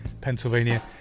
Pennsylvania